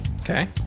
okay